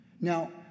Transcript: now